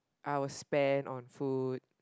I will spend on food